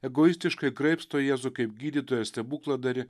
egoistiškai graibsto jėzų kaip gydytoją stebukladarį